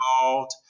involved